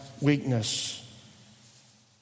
weakness